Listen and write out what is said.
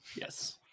Yes